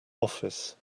office